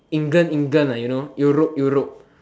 England England ah you know Europe Europe